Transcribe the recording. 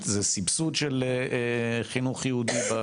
זה סבסוד של חינוך יהודי?